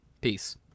Peace